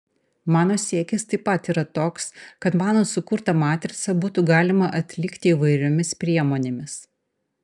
mano siekis taip pat yra toks kad mano sukurtą matricą būtų galima atlikti įvairiomis priemonėmis